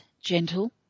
gentle